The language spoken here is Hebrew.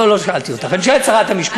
לא שאלתי אותך, אני שואל את שרת המשפטים.